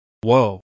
whoa